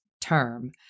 term